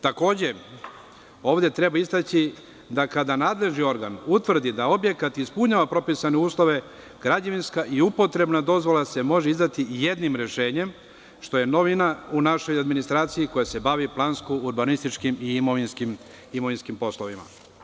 Takođe, ovde treba istaći da kada nadležni organ utvrdi da objekat ispunjava propisane uslove, građevinska i upotrebna dozvola se može izdati jednim rešenjem, što je novina u našoj administraciji koja se bavi plansko-urbanističkim i imovinskim poslovima.